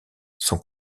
sont